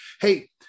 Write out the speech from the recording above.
Hey